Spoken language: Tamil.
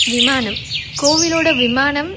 விமானம் கோவிலோட விமானம்